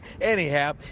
Anyhow